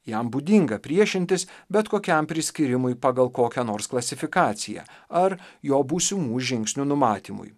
jam būdinga priešintis bet kokiam priskyrimui pagal kokią nors klasifikaciją ar jo būsimų žingsnių numatymui